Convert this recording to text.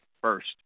first